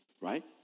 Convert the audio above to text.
Right